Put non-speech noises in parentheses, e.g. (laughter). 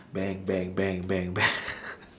bank bank bank bank b~ (laughs)